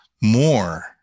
More